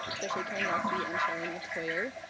especially karen yelsey and charlene metoyer,